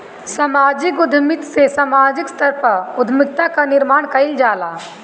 समाजिक उद्यमिता में सामाजिक स्तर पअ उद्यमिता कअ निर्माण कईल जाला